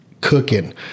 Cooking